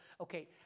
Okay